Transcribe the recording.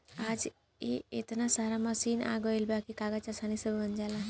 आज त एतना सारा मशीन आ गइल बा की कागज आसानी से बन जाला